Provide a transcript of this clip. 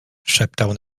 szeptał